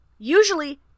Usually